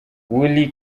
willy